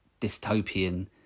dystopian